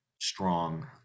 strong